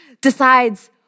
decides